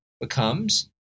becomes